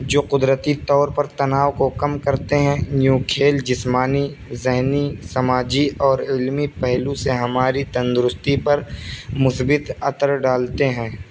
جو قدرتی طور پر تناؤ کو کم کرتے ہیں یوں کھیل جسمانی ذہنی سماجی اور علمی پہلو سے ہماری تندرستی پر مثبت اتر ڈالتے ہیں